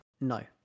No